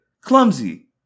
clumsy